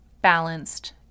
balanced